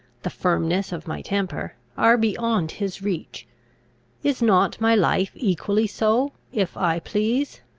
the firmness of my temper, are beyond his reach is not my life equally so, if i please?